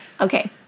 okay